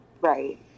right